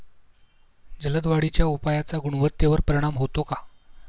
जलद वाढीच्या उपायाचा गुणवत्तेवर परिणाम होतो का?